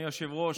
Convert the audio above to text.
אדוני היושב-ראש,